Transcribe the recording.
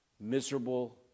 miserable